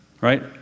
right